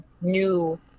new